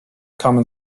common